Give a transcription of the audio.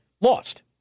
lost